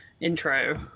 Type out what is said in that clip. intro